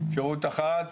אפשרות אחת,